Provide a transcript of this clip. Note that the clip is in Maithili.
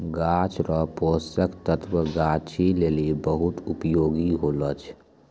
गाछ रो पोषक तत्व गाछी लेली बहुत उपयोगी हुवै छै